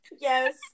yes